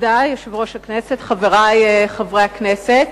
יושב-ראש הכנסת, תודה, חברי חברי הכנסת,